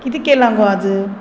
कितें केलां गो आज